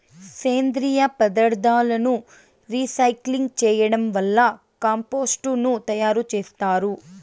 సేంద్రీయ పదార్థాలను రీసైక్లింగ్ చేయడం వల్ల కంపోస్టు ను తయారు చేత్తారు